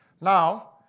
Now